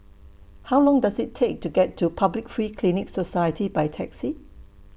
How Long Does IT Take to get to Public Free Clinic Society By Taxi